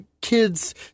kids